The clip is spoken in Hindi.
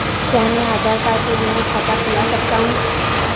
क्या मैं आधार कार्ड के बिना खाता खुला सकता हूं?